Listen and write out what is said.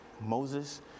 Moses